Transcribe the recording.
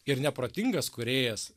ir neprotingas kūrėjas